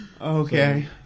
okay